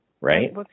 Right